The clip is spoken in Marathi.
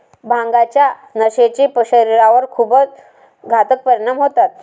भांगाच्या नशेचे शरीरावर खूप घातक परिणाम होतात